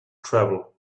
travel